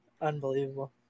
Unbelievable